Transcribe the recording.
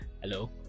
hello